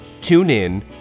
TuneIn